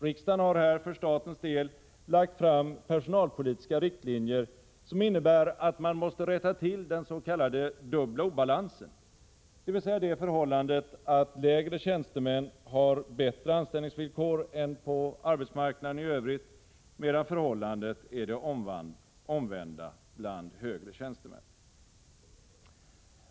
Riksdagen har här för statens del lagt fast personalpolitiska riktlinjer, som innebär att man måste rätta till den s.k. dubbla obalansen, dvs. det förhållandet att lägre tjänstemän har bättre anställningsvillkor än på arbetsmarknaden i övrigt, medan förhållandet är det omvända bland högre tjänstemän.